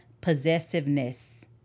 possessiveness